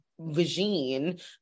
vagine